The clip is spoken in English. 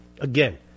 again